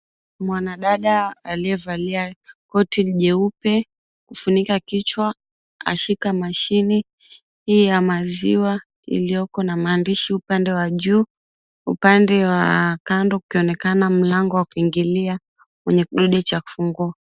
Mwanadada aliyevalia koti jeupe kufunika kichwa ashika mashine hii ya maziwa iliyoko na maandishi upande wa juu. Upande wa kando ukionekana mlango wa kuingilia, wenye kidude cha kufungua.